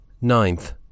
Ninth